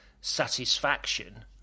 satisfaction